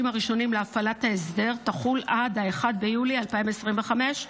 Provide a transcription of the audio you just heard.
הראשונים להפעלת ההסדר תחול עד 1 ביולי 2025,